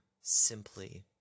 simply